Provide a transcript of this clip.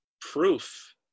proof